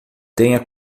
tenha